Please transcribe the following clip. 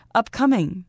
upcoming